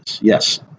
Yes